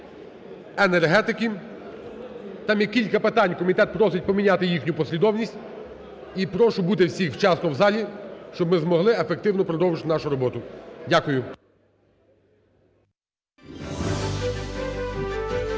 енергетики. Там є кілька питань, і комітет просить поміняти їхню послідовність. І прошу бути всіх вчасно в залі, щоб ми змогли ефективно продовжити нашу роботу. Дякую.